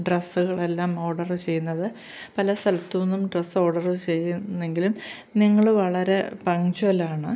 ഡ്രെസ്സുകളെല്ലാം order ചെയ്യുന്നത് പല സ്ഥലത്ത് നിന്നും ഡ്രസ്സ് ഓഡറ് ചെയ്യുന്നെങ്കിലും നിങ്ങൾ വളരെ പഞ്ച്വലാണ്